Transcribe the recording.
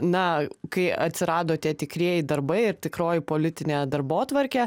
na kai atsirado tie tikrieji darbai tikroji politinė darbotvarkė